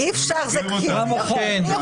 אפשר, אי אפשר.